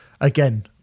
again